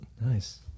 nice